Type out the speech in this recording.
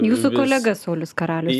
jūsų kolega saulius karalius